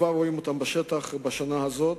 כבר רואים אותם בשטח בשנה הזאת.